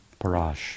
Parash